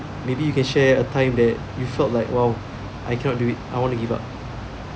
maybe you can share a time that you felt like !wow! I cannot do it I want to give up